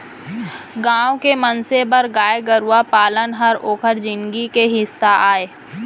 गॉँव के मनसे बर गाय गरूवा पालन हर ओकर जिनगी के हिस्सा अय